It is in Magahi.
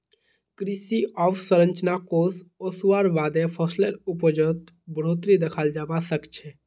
कृषि अवसंरचना कोष ओसवार बादे फसलेर उपजत बढ़ोतरी दखाल जबा सखछे